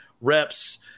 reps